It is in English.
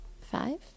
five